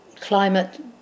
climate